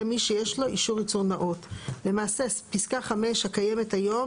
מי שיש לו אישור ייצור נאות."; למעשה פסקה (5) הקיימת היום,